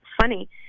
funny